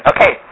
Okay